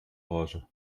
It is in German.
garage